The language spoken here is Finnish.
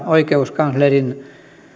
oikeuskanslerin